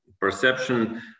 perception